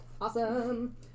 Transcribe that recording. Awesome